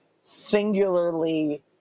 singularly